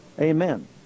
Amen